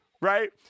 right